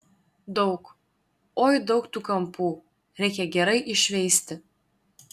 daug oi daug tų kampų reikia gerai iššveisti